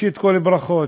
ראשית כול, ברכות,